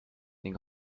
ning